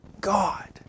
God